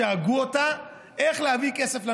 שהגו אותה: איך להביא כסף למדינה?